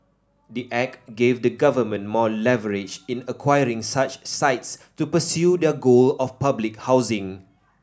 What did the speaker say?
the act gave the government more leverage in acquiring such sites to pursue their goal of public housing